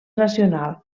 nacional